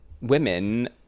women